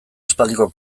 aspaldiko